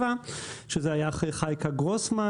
זכרונו לברכה ב-1987, שזה היה אחרי חייקה גרוסמן.